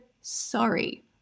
sorry